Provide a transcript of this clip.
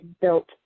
built